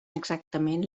exactament